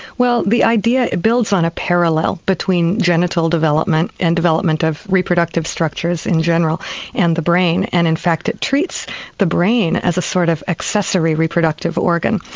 well the idea builds on a parallel between genital development and development of reproductive structures in general and the brain. and in fact it treats the brain as a sort of accessory reproductive organ.